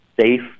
safe